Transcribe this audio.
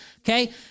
Okay